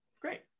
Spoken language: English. Great